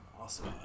awesome